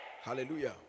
Hallelujah